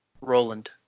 Roland